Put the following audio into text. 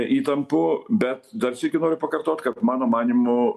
įtampų bet dar sykį noriu pakartot kad mano manymu